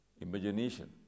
imagination